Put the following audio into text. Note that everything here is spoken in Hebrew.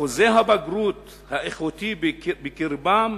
שיעורי הבגרות האיכותית בקרבם